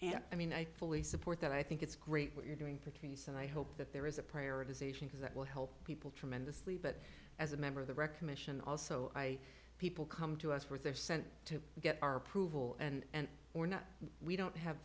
yeah i mean i think the support that i think it's great what you're doing for trees and i hope that there is a prioritization because that will help people tremendously but as a member of the recognition also i people come to us where they're sent to get our approval and we're not we don't have